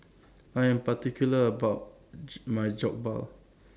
I Am particular about My Jokbal